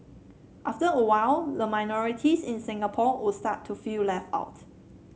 after a while the minorities in Singapore would start to feel left out